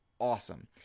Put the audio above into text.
awesome